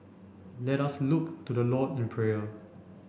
let us look to the Lord in prayer